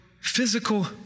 physical